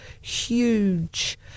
huge